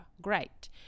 great